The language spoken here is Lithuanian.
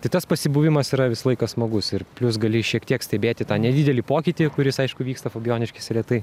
tai tas pasibuvimas yra visą laiką smagus ir plius gali šiek tiek stebėti tą nedidelį pokytį kuris aišku vyksta fabijoniškėse retai